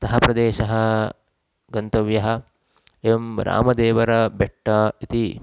सः प्रदेशः गन्तव्यः एवं रामदेवरबेट्ट इति